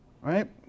Right